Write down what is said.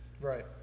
Right